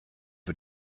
für